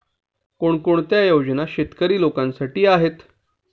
कोणकोणत्या योजना शेतकरी लोकांसाठी आहेत?